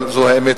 אבל זאת האמת,